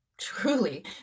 truly